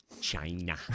China